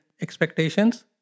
expectations